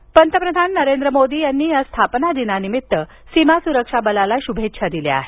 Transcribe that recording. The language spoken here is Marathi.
मोदी दरम्यान पंतप्रधान नरेंद्र मोदी यांनी स्थापना दिनानिमित्त सीमा सुरक्षा बलाला शुभेच्छा दिल्या आहेत